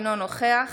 אינו נוכח